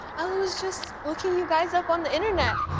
ah was just looking you guys up on the internet.